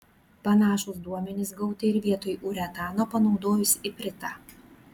panašūs duomenys gauti ir vietoj uretano panaudojus ipritą